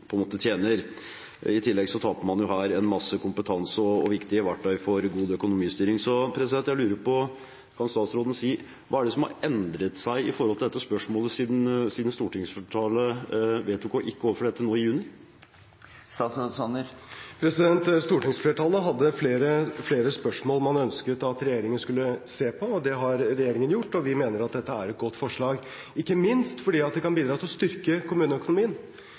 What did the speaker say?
på en måte – tjener. I tillegg taper man jo mye kompetanse og viktige verktøy for god økonomistyring. Så det jeg lurer på, er: Kan statsråden si hva som har endret seg når det gjelder dette spørsmålet siden stortingsflertallet i juni vedtok ikke å overføre dette? Stortingsflertallet hadde flere spørsmål som man ønsket at regjeringen skulle se på. Det har regjeringen gjort, og vi mener at dette er et godt forslag, ikke minst fordi det kan bidra til å styrke kommuneøkonomien.